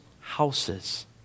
houses